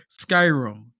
Skyrim